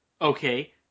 Okay